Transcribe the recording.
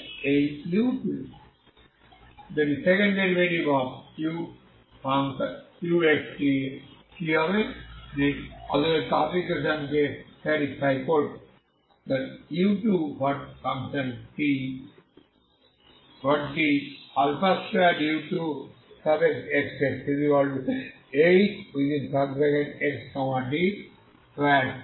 তাই এই u2xt এর কি হবে এটি আসলে তাপ ইকুয়েশন কে স্যাটিসফাই করে u2t 2u2xxhxt x∈R